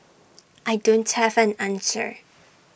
I don't have an answer